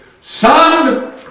Son